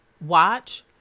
watch